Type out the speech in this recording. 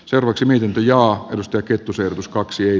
seuraksi minkä johdosta kettuselle tuskaksi